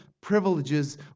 privileges